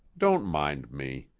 don't mind me.